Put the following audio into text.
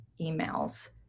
emails